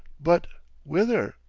but whither?